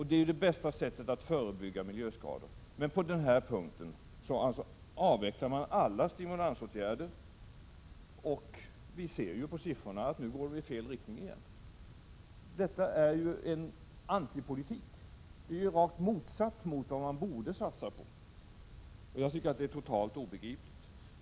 Det är det bästa sättet att förebygga miljöskador, men nu avvecklas alla stimulansåtgärder på det området. Siffrorna visar att politiken återigen går i fel riktning — det är en antipolitik, rakt motsatt mot den som det borde satsas på. Det är totalt obegripligt.